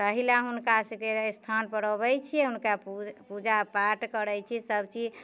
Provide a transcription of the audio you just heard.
तहि ल हुनका सबके स्थान पर अबैत छियै हुनका पूजा पूजा पाठ करैत छी सब चीज